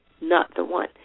not-the-one